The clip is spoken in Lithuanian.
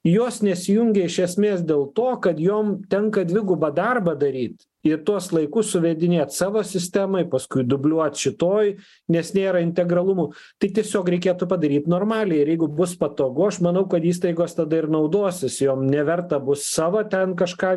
jos nesijungė iš esmės dėl to kad jom tenka dvigubą darbą daryti ir tuos laikus suvedinėt savo sistemoj paskui dubliuot šitoj nes nėra integralumų tai tiesiog reikėtų padaryt normaliai ir jeigu bus patogu aš manau kad įstaigos tada ir naudosis jom neverta bus savo ten kažką